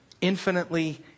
infinitely